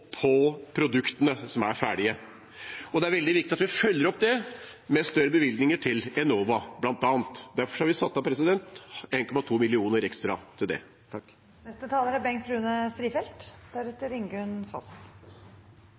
ferdige produktene. Det er veldig viktig at vi følger opp dette med større bevilgninger til Enova, bl.a. Derfor har vi satt av 1,2 mill. kr ekstra til det.